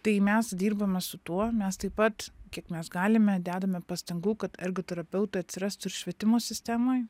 tai mes dirbame su tuo mes taip pat kiek mes galime dedame pastangų kad ergoterapeutai atsirastų ir švietimo sistemoj